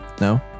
No